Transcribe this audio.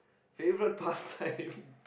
favourite pastime